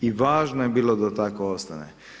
I važno je bilo da to tako ostane.